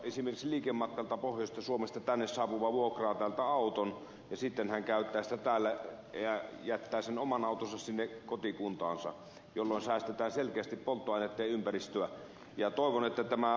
esimerkiksi liikematkalta pohjoisesta suomesta tänne saapuva vuokraa täältä auton ja sitten hän käyttää sitä täällä ja jättää sen oman autonsa sinne kotikuntaansa jolloin säästetään selkeästi polttoainetta ja ympäristöä